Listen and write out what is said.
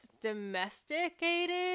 domesticated